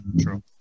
true